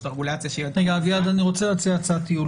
הרגולציה --- אני רוצה להציע הצעת ייעול.